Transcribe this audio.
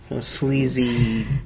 Sleazy